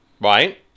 Right